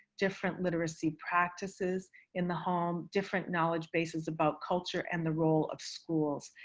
different literacy practices in the home, different knowledge bases about culture and the role of schools.